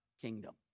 kingdom